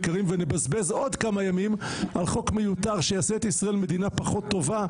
ונבזבז עוד כמה ימים על חוק מיותר שיעשה את ישראל מדינה פחות טובה.